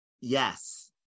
Yes